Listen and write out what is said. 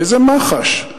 איזה מח"ש?